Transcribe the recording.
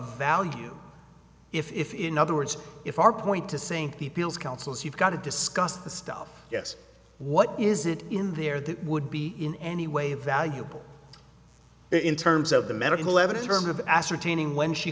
value if in other words if our point to sink the pills councils you've got to discuss the stuff yes what is it in there that would be in any way valuable in terms of the medical evidence terms of ascertaining when she